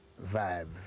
vibe